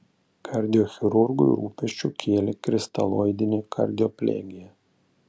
kardiochirurgui rūpesčių kėlė kristaloidinė kardioplegija